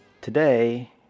Today